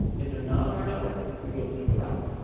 if their not on our network, we go through the router.